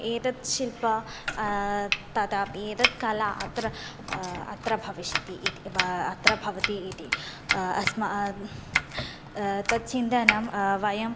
एतत् शिल्पं तथा एषा कला अत्र अत्र भविष्यति इति वा अत्र भवति इति अस्माकं तत् चिन्तनं वयम्